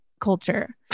culture